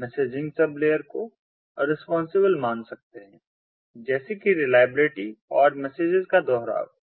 messaging sub layer को responsible मान सकते हैं जैसे कि रिलायबिलिटी और मैसेजेस का दोहराव